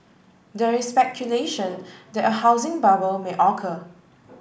there is speculation that a housing bubble may occur